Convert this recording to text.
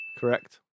Correct